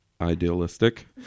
idealistic